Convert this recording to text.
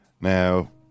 Now